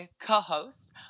co-host